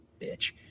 bitch